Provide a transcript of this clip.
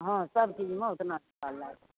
हँ सबचीजमे ओतना रूपा लागत